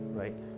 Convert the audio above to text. right